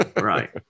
Right